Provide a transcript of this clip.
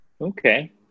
Okay